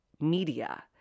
media